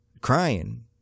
crying